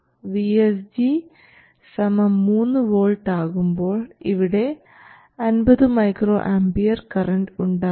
VSG 3 volt ആകുമ്പോൾ ഇവിടെ 50 µA current ഉണ്ടാകും